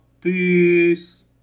Peace